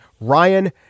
Ryan